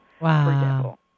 Wow